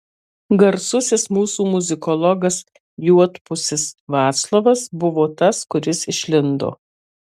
garsusis mūsų muzikologas juodpusis vaclovas buvo tas kuris išlindo